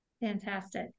fantastic